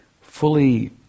fully